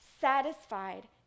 satisfied